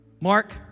Mark